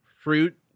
fruit